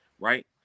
right